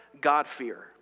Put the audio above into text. God-fear